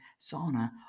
sauna